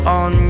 on